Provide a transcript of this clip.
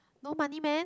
no money man